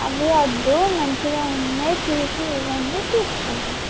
అవి వద్దు మంచిగా ఉన్నవి చూసి ఇవ్వండి తీసుకుంటాం